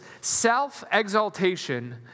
Self-exaltation